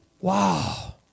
Wow